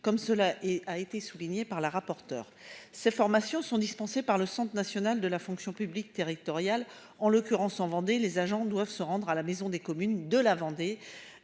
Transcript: comme cela et a été soulignée par la rapporteure. Ces formations sont dispensées par le Centre national de la fonction publique territoriale, en l'occurrence en Vendée, les agents doivent se rendre à la maison des communes de la Vendée